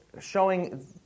showing